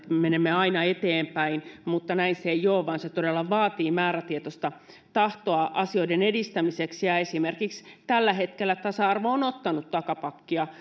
me menemme aina eteenpäin näin se ei ole vaan se todella vaatii määrätietoista tahtoa asioiden edistämiseksi ja esimerkiksi tällä hetkellä tasa arvo on ottanut takapakkia